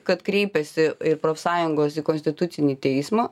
kad kreipiasi ir profsąjungos į konstitucinį teismą